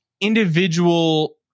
individual